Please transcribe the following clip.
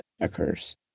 occurs